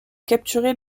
capturer